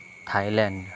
Thailand